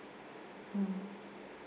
mm